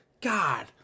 God